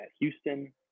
Houston